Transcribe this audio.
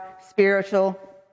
spiritual